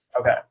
Okay